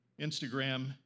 Instagram